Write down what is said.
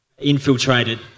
infiltrated